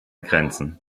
grenzen